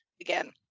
again